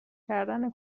کردن